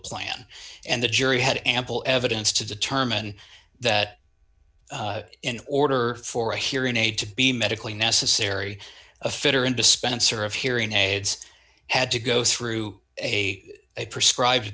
plan and the jury had ample evidence to determine that in order for a hearing aid to be medically necessary a fitter and dispenser of hearing aides had to go through a a prescribed